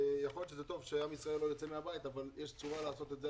יכול להיות שזה טוב שעם ישראל לא ייצא מן הבית אבל יש צורה לעשות את זה,